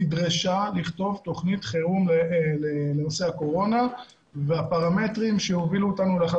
נדרשה לכתוב תוכנית חירום לנושא הקורונה והפרמטרים שיובילו אותנו לאחר